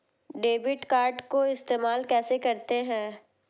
Debit card को इस्तेमाल कैसे करते हैं?